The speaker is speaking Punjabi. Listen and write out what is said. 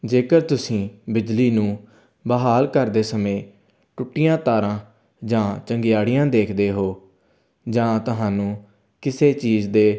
ਜੇਕਰ ਤੁਸੀਂ ਬਿਜਲੀ ਨੂੰ ਬਹਾਲ ਕਰਦੇ ਸਮੇਂ ਟੁੱਟੀਆਂ ਤਾਰਾਂ ਜਾਂ ਚੰਗਿਆੜੀਆਂ ਦੇਖਦੇ ਹੋ ਜਾਂ ਤੁਹਾਨੂੰ ਕਿਸੇ ਚੀਜ਼ ਦੇ